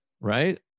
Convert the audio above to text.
right